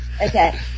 Okay